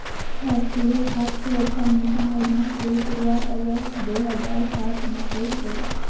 राष्ट्रीय खाद्य सुरक्षा मिशन योजना के शुरुआत अगस्त दो हज़ार सात में कइल गेलय